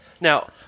Now